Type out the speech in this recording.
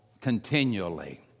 continually